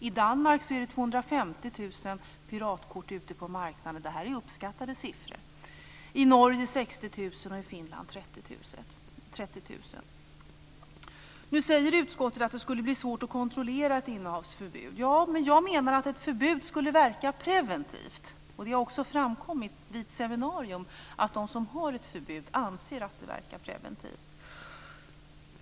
I Danmark är det 250 000 piratkort ute på marknaden. Detta är uppskattade siffror. I Norge är det 60 000 och i Finland 30 000. Nu säger utskottet att det skulle bli svårt att kontrollera ett innehavsförbud. Ja, men jag menar att ett förbud skulle verka preventivt. Det har också framkommit vid seminarium att de som har ett förbud anser att det verkar preventivt.